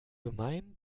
gemein